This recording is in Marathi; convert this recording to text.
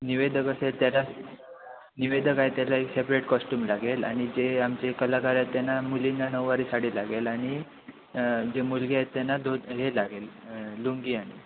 निवेदक असे त्याला निवेदक आहे त्याला एक सेपरेट कॉस्टूम लागेल आणि जे आमचे कलाकार आहेत त्यांना मुलींना नऊवारी साडी लागेल आणि जे मुलगी आहेत त्यांना दोन हे लागेल लुंगी आणि